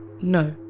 no